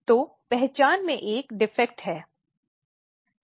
तो पहचान में एक दोष है